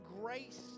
grace